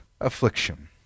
affliction